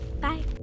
bye